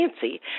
fancy